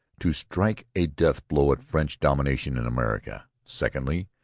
to strike a death-blow at french dominion in america secondly,